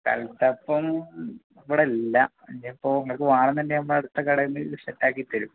കൽത്തപ്പം ഇവിടില്ല ഇനിയിപ്പോൾ നിങ്ങൾക്ക് വേണംന്നുണ്ടെങ്കിൽ നമ്മുടെ അടുത്ത കടേന്ന് സെറ്റാക്കിത്തരും